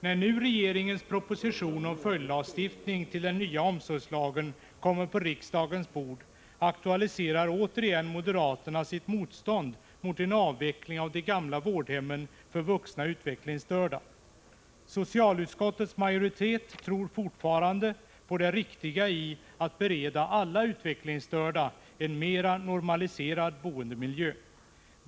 När nu regeringens proposition om följdlagstiftning till den nya omsorgslagen kommer på riksdagens bord aktualiserar moderaterna återigen sitt motstånd mot en avveckling av de gamla vårdhemmen för vuxna utvecklingsstörda. Socialutskottets majoritet tror fortfarande på det riktiga i att bereda alla utvecklingsstörda en mera normaliserad boendemiljö.